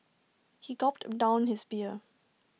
he gulped down his beer